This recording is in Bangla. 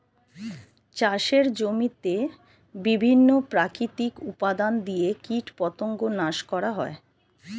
চাষের জমিতে বিভিন্ন প্রাকৃতিক উপাদান দিয়ে কীটপতঙ্গ নাশ করা হয়